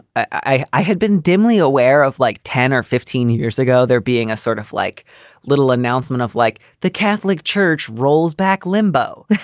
i i had been dimly aware of like ten or fifteen years ago there being a sort of like little announcement of like the catholic church rolls back limbo,